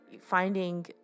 finding